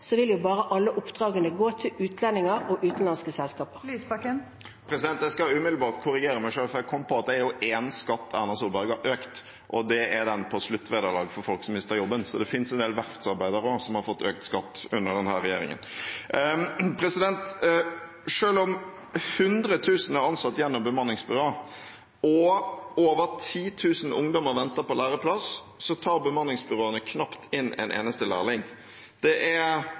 Jeg skal umiddelbart korrigere meg selv, for jeg kom på at det er én skatt Erna Solberg har økt, og det er den på sluttvederlag for folk som mister jobben, så det finnes også en del verftsarbeidere som har fått økt skatt under denne regjeringen. Selv om 100 000 er ansatt gjennom bemanningsbyråer, og over 10 000 ungdommer venter på læreplass, tar bemanningsbyråene knapt inn en eneste lærling. Det er